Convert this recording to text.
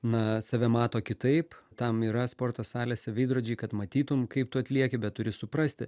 na save mato kitaip tam yra sporto salėse veidrodžiai kad matytum kaip tu atlieki bet turi suprasti